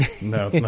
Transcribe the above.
no